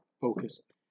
focus